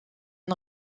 une